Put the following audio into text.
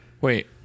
Wait